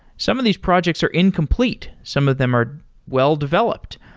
some of these projects are incomplete. some of them are well-developed,